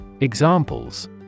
Examples